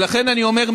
ולכן אני אומר,